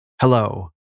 Hello